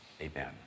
Amen